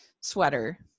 sweater